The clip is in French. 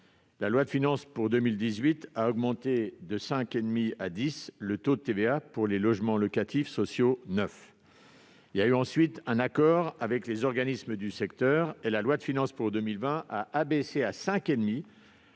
La loi de finances pour 2018 a porté de 5,5 % à 10 % le taux de TVA pour les logements locatifs sociaux neufs. Puis, après accord avec les organismes du secteur, la loi de finances pour 2020 a abaissé à 5,5